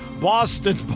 boston